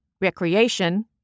Recreation